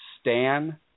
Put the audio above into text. Stan